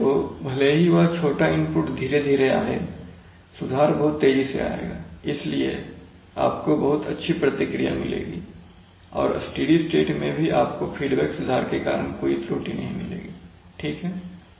तो भले ही वह छोटा इनपुट धीरे धीरे आए सुधार बहुत तेजी से आएगा इसलिए आपको बहुत अच्छी प्रतिक्रिया मिलेगी और स्टेडी स्टेट में भी आपको फीडबैक सुधार के कारण कोई त्रुटि नहीं मिलेगी ठीक है